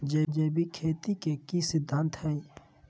जैविक खेती के की सिद्धांत हैय?